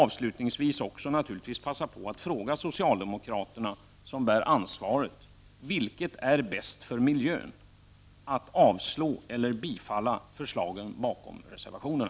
Avslutningsvis vill jag passa på att fråga socialdemokraterna, som bär ansvaret i detta avseende: Vilket är bäst för miljön, att avslå eller att bifalla de förslag som finns bakom reservationerna?